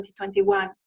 2021